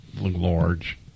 large